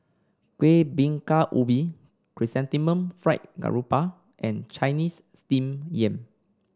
Kuih Bingka Ubi Chrysanthemum Fried Garoupa and Chinese Steamed Yam